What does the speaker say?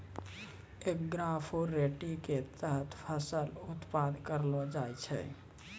agroforestry के तहत फसल उत्पादन करलो जाय छै